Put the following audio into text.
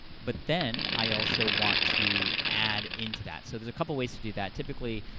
but then i also want to add into that. so there's a couple ways to do that. typically,